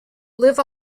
live